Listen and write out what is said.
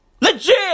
Legit